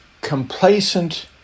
complacent